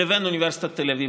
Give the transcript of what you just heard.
לבין אוניברסיטת תל אביב,